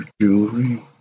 jewelry